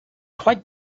quite